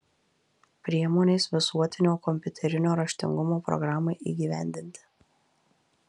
priemonės visuotinio kompiuterinio raštingumo programai įgyvendinti